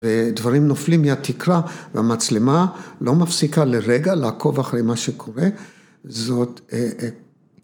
‫דברים נופלים מהתקרה, ‫והמצלמה לא מפסיקה לרגע ‫לעקוב אחרי מה שקורה.זאת, האאא האאא